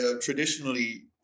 traditionally